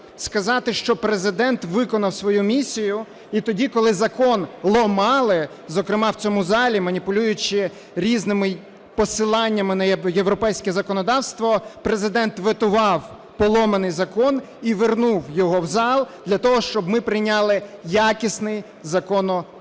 сказати, що Президент виконав свою місію, і тоді, коли закон "ламали", зокрема в цьому залі, маніпулюючи різними посиланнями на європейське законодавство, Президент ветував "поламаний" закон і вернув його в зал для того, щоб ми прийняли якісний законопроект.